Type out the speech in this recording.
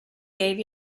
gave